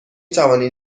توانید